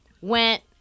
went